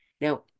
Now